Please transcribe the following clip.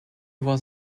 was